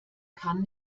kann